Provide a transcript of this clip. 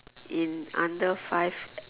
in under five